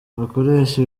bakoresha